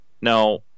Now